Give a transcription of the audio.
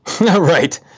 Right